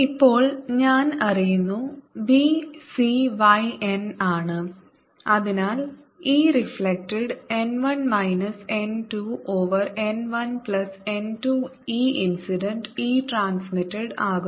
ഇപ്പോൾ ഞാൻ അറിയുന്നു v c y n ആണ് അതിനാൽ e reflected n 1 minus n 2 over n 1 plus n 2 e incident e transmitted ആകുന്നു